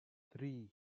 three